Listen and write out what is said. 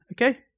Okay